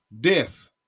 death